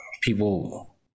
people